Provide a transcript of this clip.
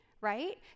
right